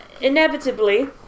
Inevitably